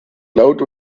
laut